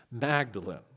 Magdalene